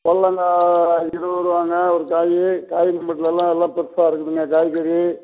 புடலங்காய் இருபதுருவாங்க ஒரு காய் காய் நம்மள்கிட்ட எல்லாம் ஃப்ரெஷ்ஷாக இருக்குதுங்க காய்கறி